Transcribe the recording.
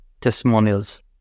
Testimonials